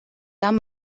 tam